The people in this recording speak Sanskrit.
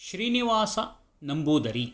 श्रीनिवासनम्बूदरी